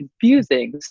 confusing